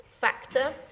factor